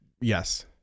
Yes